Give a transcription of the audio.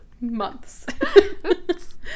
Months